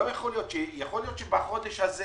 יכול להיות שבחודש הזה